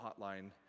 hotline